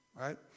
right